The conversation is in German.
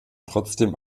trotzdem